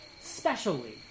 specially